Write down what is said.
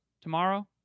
tomorrow